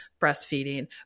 breastfeeding